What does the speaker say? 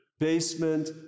basement